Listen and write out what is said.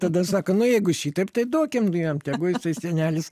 tada sako nu jeigu šitaip tai duokim nu jam tegu jisai senelis